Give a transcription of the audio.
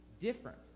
different